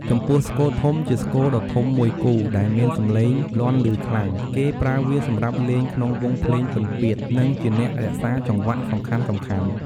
ចំពោះស្គរធំ ជាស្គរដ៏ធំមួយគូ ដែលមានសំឡេងលាន់ឮខ្លាំង គេប្រើវាសម្រាប់លេងក្នុងវង់ភ្លេងពិណពាទ្យ និងជាអ្នករក្សាចង្វាក់សំខាន់ៗ។